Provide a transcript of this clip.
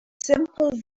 simple